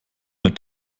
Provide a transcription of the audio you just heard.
mit